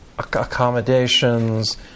accommodations